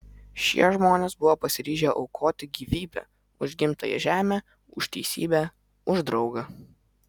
šie žmonės buvo pasiryžę aukoti gyvybę už gimtąją žemę už teisybę už draugą